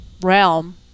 realm